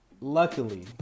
luckily